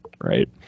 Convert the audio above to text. right